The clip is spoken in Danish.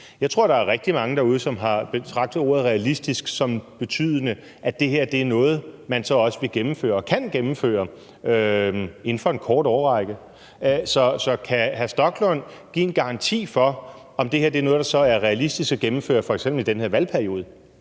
Jeg tror, der er rigtig mange derude, som har betragtet ordet realistisk som betydende, at det her er noget, man så også vil gennemføre og kan gennemføre inden for en kort årrække. Så kan hr. Stoklund give en garanti for, at det her er noget, der er realistisk at gennemføre f.eks. i den her valgperiode?